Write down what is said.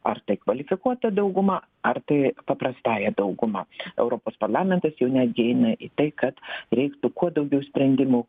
ar tai kvalifikuota dauguma ar tai paprastąja dauguma europos parlamentas jau netgi eina į tai kad reiktų kuo daugiau sprendimų